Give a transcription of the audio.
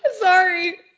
sorry